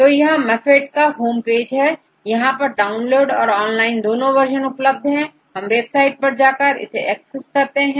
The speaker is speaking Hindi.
तो यहMAFFT का होम पेज है यहां पर डाउनलोड और ऑनलाइन दोनों वर्जन उपलब्ध है आप वेबसाइट पर जाकर इसे एक्सेस कर सकते हैं